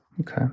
Okay